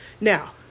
Now